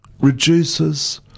reduces